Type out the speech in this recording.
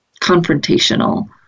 confrontational